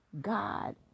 God